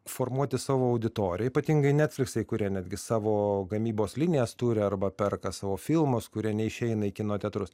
formuoti savo auditoriją ypatingai netfliksai kurie netgi savo gamybos linijas turi arba perka savo filmus kurie neišeina į kino teatrus